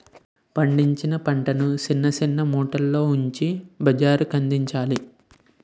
పండించిన పంటలను సిన్న సిన్న మూటల్లో ఉంచి బజారుకందించాలి